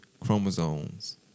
chromosomes